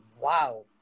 wow